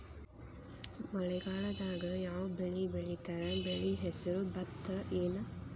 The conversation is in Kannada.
ಮಳೆಗಾಲದಾಗ್ ಯಾವ್ ಬೆಳಿ ಬೆಳಿತಾರ, ಬೆಳಿ ಹೆಸರು ಭತ್ತ ಏನ್?